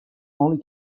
only